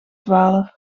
twaalf